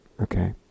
Okay